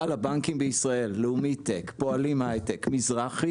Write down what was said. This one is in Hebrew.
אבל הבנקים בישראל לאומיטק, פועלים הייטק, מזרחי